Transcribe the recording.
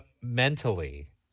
mentally